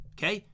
Okay